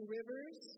rivers